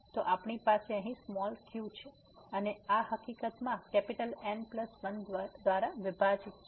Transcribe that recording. તેથી આપણી પાસે અહીં q છે અને આ હકીકતમાં N1 દ્વારા વિભાજીત છે